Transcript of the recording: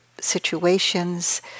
situations